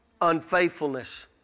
Unfaithfulness